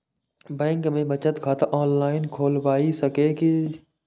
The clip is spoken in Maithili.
बैंक में बचत खाता ऑनलाईन खोलबाए सके छी?